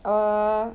uh